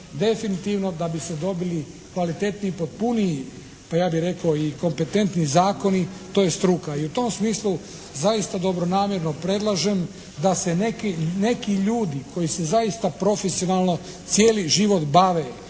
definitivno da bi se dobili kvalitetniji, potpuniji pa ja bih rekao i kompetentniji zakoni to je struka i u tom smislu zaista dobronamjerno predlažem da se neki ljudi koji se zaista profesionalno cijeli život bave